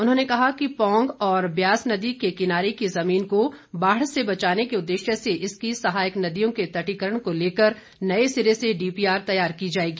उन्होंने कहा कि पौंग और ब्यास नदी के किनारे की जमीन को बाढ़ से बचाने के उद्देश्य से इसकी सहायक नदियों के तटीकरण को लेकर नए सिरे से डीपीआर तैयार की जाएगी